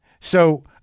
So-